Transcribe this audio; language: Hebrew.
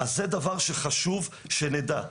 זה דבר שחשוב שנדע.